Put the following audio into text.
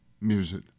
music